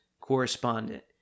correspondent